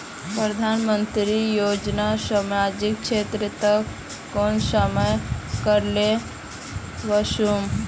प्रधानमंत्री योजना सामाजिक क्षेत्र तक कुंसम करे ले वसुम?